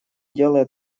делает